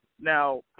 Now